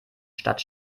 stadt